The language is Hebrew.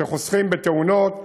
חוסכים תאונות,